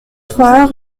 trois